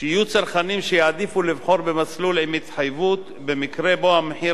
שיהיו צרכנים שיעדיפו לבחור במסלול עם התחייבות במקרה שהמחיר